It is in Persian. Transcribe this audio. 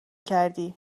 کردی